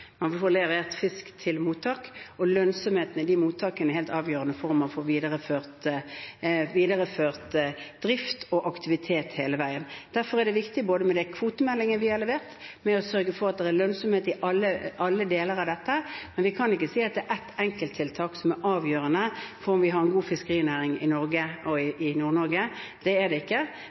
og lønnsomheten i de mottakene er helt avgjørende for om man får videreført drift og aktivitet hele veien. Derfor er det viktig både med den kvotemeldingen vi har levert, og å sørge for at det er lønnsomhet i alle deler av dette. Men vi kan ikke si at det er ett enkelttiltak som er avgjørende for om vi har en god fiskerinæring i Norge og i Nord-Norge. Det er det ikke,